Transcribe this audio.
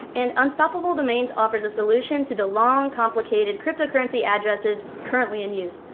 and unstoppable domains offers a solution to the long, complicated cryptocurrency addresses currently in use,